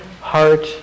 heart